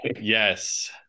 Yes